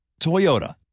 Toyota